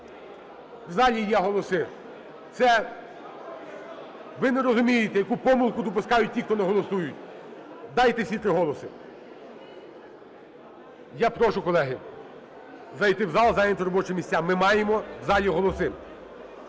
в залі є голоси. Ви не розумієте, яку помилку допускають ті, хто не голосують. Дайте всі 3 голоси. Я прошу, колеги, зайти в зал, зайняти робочі місця, ми маємо в залі голоси.